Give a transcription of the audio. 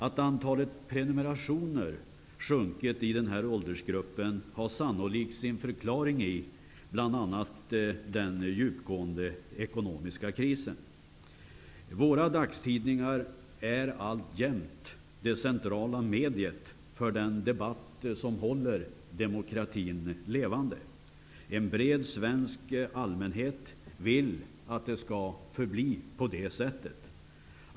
Att antalet prenumerationer har sjunkit i denna åldersgrupp har sannolikt sin förklaring i bl.a. den djupgående ekonomiska krisen. Dagstidningarna är alltjämt de centrala medierna för den debatt som håller demokratin levande. En bred svensk allmänhet vill att det skall förbli på det sättet.